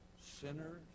sinners